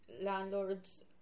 landlords